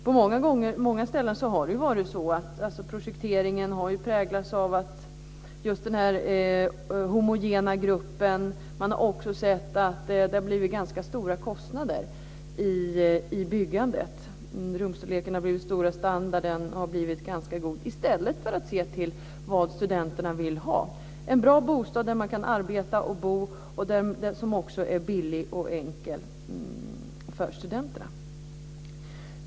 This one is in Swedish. På många ställen har det varit så att projekteringen präglats av föreställningen om just den här homogena gruppen. Vi har också sett att det har blivit ganska stora kostnader i byggandet - rumsstorleken har ökat och standarden har blivit ganska god - i stället för att man sett till vad studenterna vill ha. De vill ha en bra bostad där de kan arbeta och bo och som är billig och enkel för studenterna.